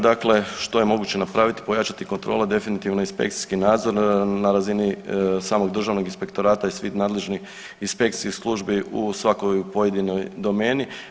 Dakle, što je moguće napraviti, pojačati kontrole, definitivno inspekcijski nadzor na razini samog Državnog inspektorata i svih nadležnih inspekciji i službi u svakoj pojedinoj domeni.